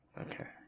Okay